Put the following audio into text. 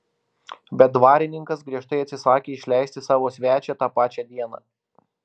bet dvarininkas griežtai atsisakė išleisti savo svečią tą pačią dieną